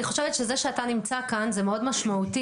אני חושבת שזה שאתה נמצא כאן זה מאוד משמעותי.